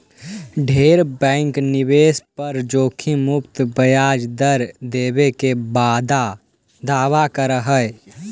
ढेर बैंक निवेश पर जोखिम मुक्त ब्याज दर देबे के दावा कर हई